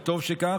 וטוב שכך,